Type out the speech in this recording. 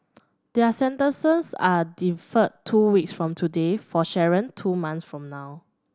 their sentences are deferred two weeks from today for Sharon two months from now